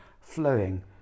flowing